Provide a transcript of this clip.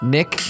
Nick